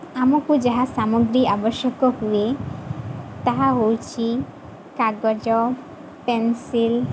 ଆମକୁ ଯାହା ସାମଗ୍ରୀ ଆବଶ୍ୟକ ହୁଏ ତାହା ହେଉଛି କାଗଜ ପେନ୍ସିଲ୍